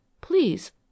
Please